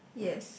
yes